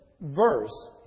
verse